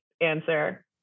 answer